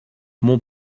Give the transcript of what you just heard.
mon